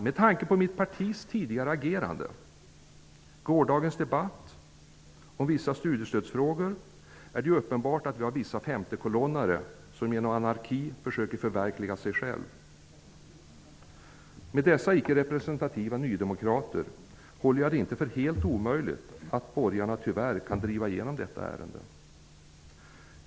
Med tanke på mitt partis tidigare agerande och gårdagens debatt om vissa studiestödsfrågor är det uppenbart att vi har vissa femtekolonnare som genom anarki försöker att förverkliga sig själva. Med dessa ickerepresentativa nydemokrater håller jag inte för helt omöjligt att de borgerliga tyvärr kan driva igenom sitt förslag i detta ärende.